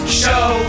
show